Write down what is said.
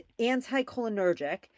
anticholinergic